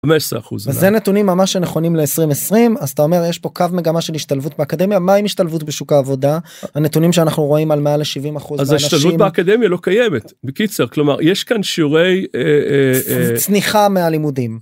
וזה נתונים ממש הנכונים ל2020 אז אתה אומר יש פה קו מגמה של השתלבות באקדמיה/ מהי משתלבות בשוק העבודה הנתונים שאנחנו רואים על מעל 70% לנשים. ההשתלבות באקדמיה לא קיימת בקיצר כלומר יש כאן שיעורי צניחה מהלימודים.